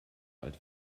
bald